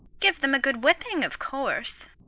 give them a good whipping, of course.